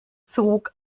zug